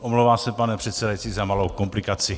Omlouvám se, pane předsedající, za malou komplikaci.